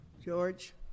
George